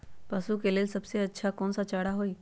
पशु के लेल सबसे अच्छा कौन सा चारा होई?